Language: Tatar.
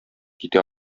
китә